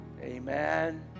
Amen